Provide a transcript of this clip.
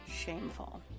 shameful